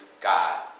God